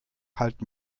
halt